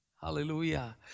Hallelujah